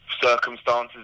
circumstances